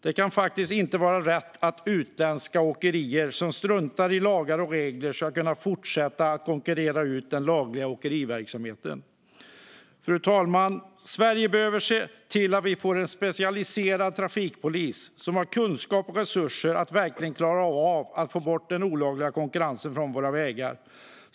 Det kan faktiskt inte vara rätt att utländska åkerier som struntar i lagar och regler kan fortsätta att konkurrera ut den lagliga åkeriverksamheten. Fru talman! Sverige behöver se till att få en specialiserad trafikpolis som har kunskap och resurser att verkligen klara av att få bort den olagliga konkurrensen från våra vägar.